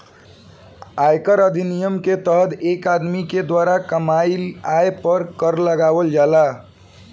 आयकर अधिनियम के तहत एक आदमी के द्वारा कामयिल आय पर कर लगावल जाला